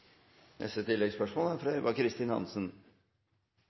Eva Kristin Hansen